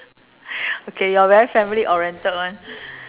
okay you're very family oriented [one]